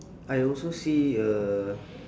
I also see uh